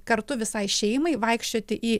kartu visai šeimai vaikščioti į